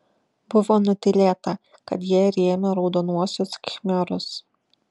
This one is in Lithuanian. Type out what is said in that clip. buvo nutylėta kad jie rėmė raudonuosius khmerus